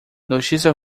notícia